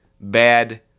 bad